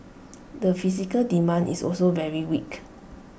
the physical demand is also very weak